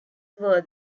were